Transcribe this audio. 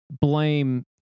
blame